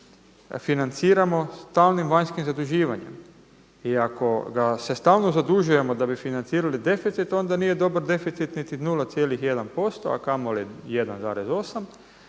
financiramo stalnim vanjskim zaduživanjem i ako se stalno zadužujemo da bi financirali deficit onda nije dobar deficit niti 0,1% a kamoli 1,8.